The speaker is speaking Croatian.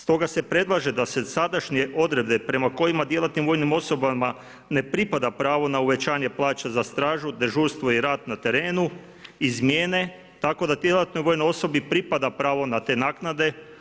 Stoga se predlaže da se sadašnje odredbe prema kojima djelatnim vojnim osobama ne pripada pravo na uvećanje plaće za stražu, dežurstvo i rad na terenu izmijene tako da djelatnoj vojnoj osobi pripada pravo na te naknade.